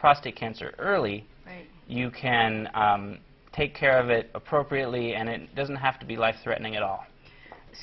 prostate cancer early you can take care of it appropriately and it doesn't have to be life threatening at all